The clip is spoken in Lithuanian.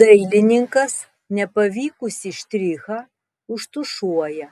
dailininkas nepavykusį štrichą užtušuoja